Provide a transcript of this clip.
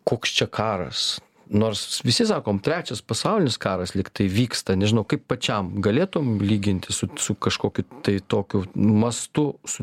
koks čia karas nors visi sakom trečias pasaulinis karas lyg tai vyksta nežinau kaip pačiam galėtum lygintis su su kažkokiu tai tokiu mastu su